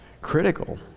Critical